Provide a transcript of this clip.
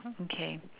okay